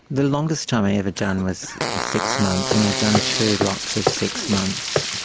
the longest time i ever done was six months and i done two lots of six months,